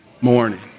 morning